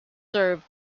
served